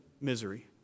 misery